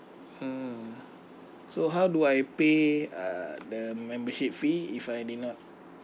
mm so how do I pay err the membership fee if I did not